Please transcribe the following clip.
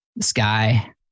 Sky